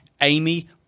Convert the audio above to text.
Amy